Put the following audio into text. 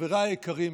חבריי היקרים,